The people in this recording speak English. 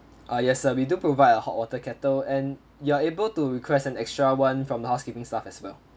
ah yes sir we do provide a hot water kettle and you are able to request an extra one from the housekeeping staff as well